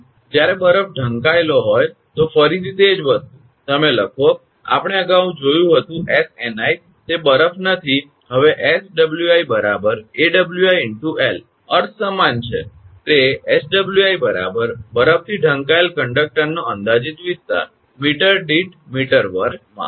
જ્યારે બરફ ઢંકાયેલો હોય તો ફરીથી તે જ વસ્તુ તમે લખો અગાઉ આપણે જોયું હતું 𝑆𝑛𝑖 તે બરફ નથી હવે 𝑆𝑤𝑖 𝐴𝑤𝑖 × 𝑙 અર્થ સમાન છે તે 𝑆𝑤𝑖 બરફથી ઢંકાયેલ કંડકટરનો અંદાજિત વિસ્તાર મીટર દીઠ મીટર વર્ગમાં